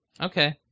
Okay